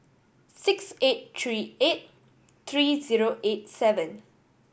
six eight three eight three zero eight seven